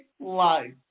life